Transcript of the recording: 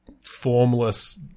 Formless